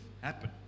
happen